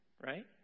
right